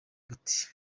buti